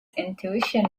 intuition